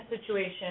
situation